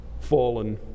fallen